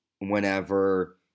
whenever